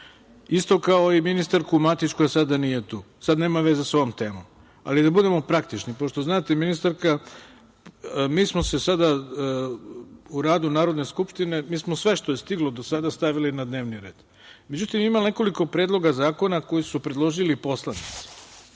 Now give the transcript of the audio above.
isto kao i ministarku Matić koja sada nije tu, sad nema veze sa ovom temom, ali da budemo praktični. Pošto znate, ministarka, mi smo sada u radu Narodne skupštine sve što je stiglo do sada stavili na dnevni red. Međutim, ima nekoliko predloga zakona koje su predložili poslanici